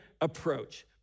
approach